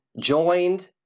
joined